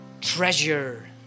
treasure